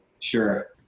Sure